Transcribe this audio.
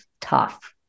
tough